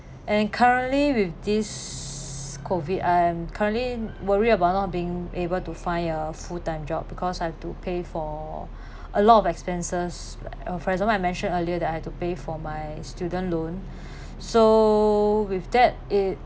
and currently with this COVID I'm currently worry about not being able to find a full time job because I have to pay for a lot of expenses for example I mentioned earlier that I had to pay for my student loan so with that it